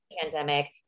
Pandemic